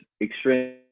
extreme